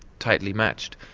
tightly matched,